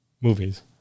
movies